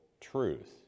truth